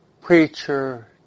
preacher